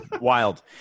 wild